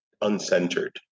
uncentered